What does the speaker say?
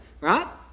right